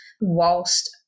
whilst